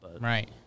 Right